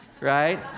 right